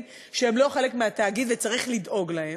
שהם לא חלק מהתאגיד וצריך לדאוג להם,